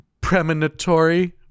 premonitory